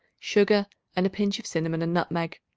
sugar and a pinch of cinnamon and nutmeg.